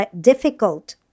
difficult